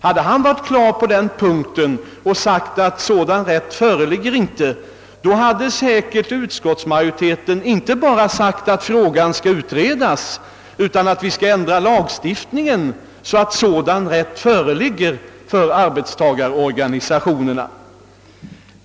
Hade han varit det och sagt att sådan rätt inte finns, hade utskottsmajoriteten inte bara uttalat att frågan bör utredas utan föreslagit en ändring i lagstiftningen för att däri fastslå att sådan rätt föreligger för arbetstagarorgaisationerna.